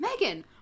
Megan